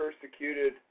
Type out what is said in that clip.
persecuted